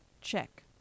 check